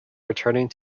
returning